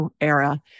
era